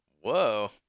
Whoa